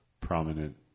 prominent